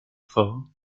fort